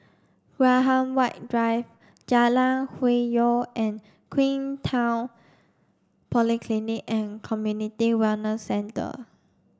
Graham White Drive Jalan Hwi Yoh and Queenstown Polyclinic and Community Wellness Centre